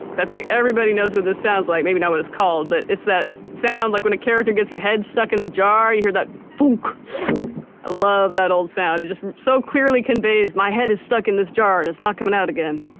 think everybody knows what this sounds like, maybe not what it's called, but it's that sound like when a character gets their head stuck in a jar, you hear that thunk. i love that old sound. it just so clearly conveys my head is stuck in this jar, and it's not coming out again.